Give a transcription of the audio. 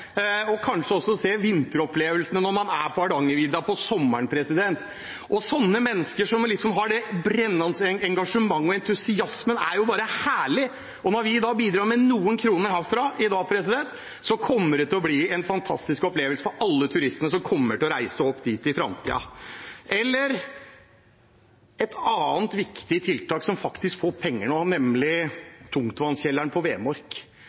kanskje også få vinteropplevelsene når man er på Hardangervidda om sommeren. Sånne mennesker, som har det brennende engasjementet og entusiasmen, er bare herlige. Når vi da bidrar med noen kroner herfra i dag, kommer det til å bli en fantastisk opplevelse for alle turistene som kommer til å reise og opp dit i framtiden. Et annet viktig tiltak som faktisk får penger nå, nemlig Tungtvannskjelleren på Vemork,